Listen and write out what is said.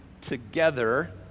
together